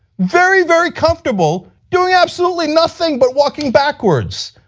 very very comfortable, doing absolutely nothing but walking backwards.